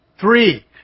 Three